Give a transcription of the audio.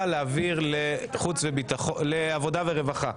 להעביר את הנושא לוועדת העבודה והרווחה?